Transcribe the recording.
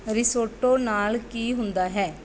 risotto ਨਾਲ ਕੀ ਹੁੰਦਾ ਹੈ